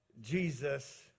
Jesus